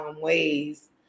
ways